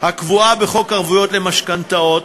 הקבועה בחוק ערבות למשכנתאות,